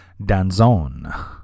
Danzone